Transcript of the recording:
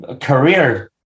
career